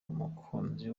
umukunzi